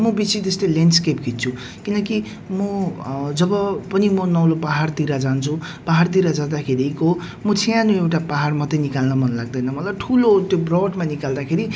उहाँहरू एकदम रेस्पेक्टफुल है एकदमै राम्रो थियो अनि हामीले त्याँ गएर ब्रेक फास्ट गर्यौँ पहिला त है अन्त ब्रेक फास्ट गरिसके पछि हामीले सर्वप्रथम चाहिँ हामीले के गर्यौँ भन्दाखेरि चाहिँ राफ्टिङ